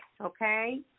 okay